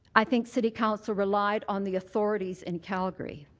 i think city council relied on the authorities in calgary.